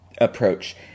Approach